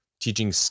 teaching